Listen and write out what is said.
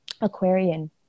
Aquarian